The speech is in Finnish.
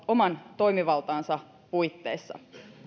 oman toimivaltansa puitteissa